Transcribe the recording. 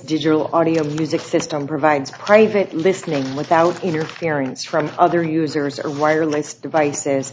digital audio music system provides crave it listening without interference from other users or wireless devices